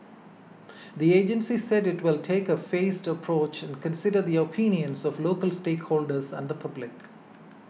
the agency said it will take a phased approach and consider the opinions of local stakeholders and the public